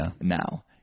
now